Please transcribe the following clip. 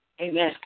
Amen